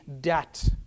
debt